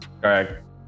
Correct